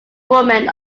woman